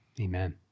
Amen